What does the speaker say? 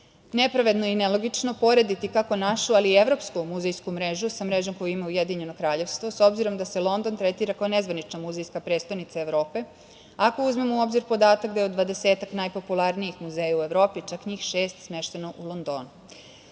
Nepravedno i nelogično je porediti kako našu, ali i evropsku muzejsku mrežu sa mrežom koje ima Ujedinjeno kraljevstvo, s obzirom da se London tretira kao nezvanična muzejska predstonica Evrope, ako uzmemo u obzir podatak da je od dvadesetak najpopularnijih muzeja u Evropi, čak njih šest smešteno u